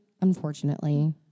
unfortunately